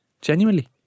genuinely